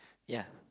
ya